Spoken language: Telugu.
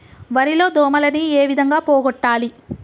వరి లో దోమలని ఏ విధంగా పోగొట్టాలి?